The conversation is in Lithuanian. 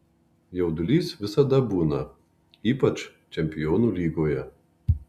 jaudulys visada būna ypač čempionų lygoje